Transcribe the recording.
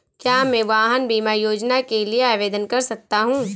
क्या मैं वाहन बीमा योजना के लिए आवेदन कर सकता हूँ?